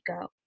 go